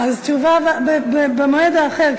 אז במועד האחר,